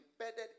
embedded